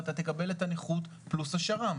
ואתה תקבל את הנכות פלוס השר"מ.